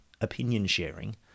opinion-sharing